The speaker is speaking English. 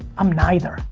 i'm neither.